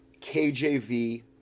KJV